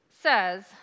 says